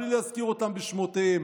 בלי להזכיר אותם בשמותיהם.